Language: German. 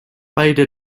beide